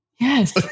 Yes